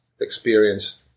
experienced